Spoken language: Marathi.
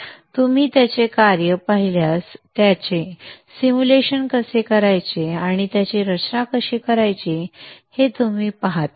तुम्ही त्याचे कार्य पाहिल्यास त्याचे सिमुलेशन कसे करायचे आणि त्याची रचना कशी करायची ते तुम्ही पाहता